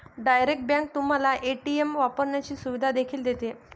direct bank तुम्हाला ATM वापरण्याची सुविधा देखील देते